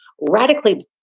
radically